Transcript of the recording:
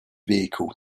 vehicle